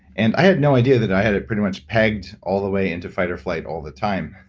and i had no idea that i had it pretty much pegged all the way into fight or flight all the time.